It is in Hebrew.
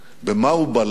במה הוא בלט?